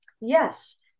yes